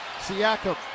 Siakam